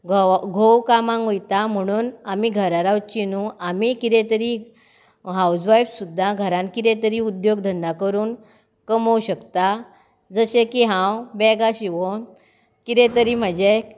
घोवा घोव कामांक वयता म्हणून आमी घरा रावचीं न्हय आमी कितें तरी हावज वायफ सुद्दां घरांत कितें तरी उद्योग धंदो करून कमोवंक शकता जशें की हांव बॅगां शिवून कितें तरी म्हजें